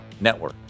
Network